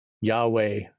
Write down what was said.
Yahweh